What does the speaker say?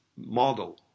model